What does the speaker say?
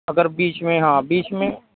اگر بیچ میں ہاں بیچ میں